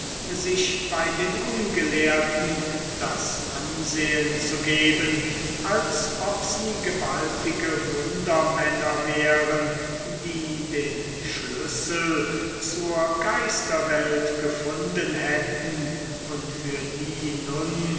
sich bei den ungelehrten das ansehen zu geben als ob sie gewaltige wundermänner wären die den schlüssel zur geisterwelt gefunden hätten und für die